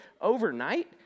overnight